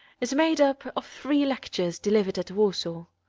is made up of three lectures delivered at warsaw.